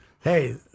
Hey